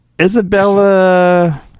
Isabella